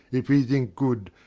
if he think good,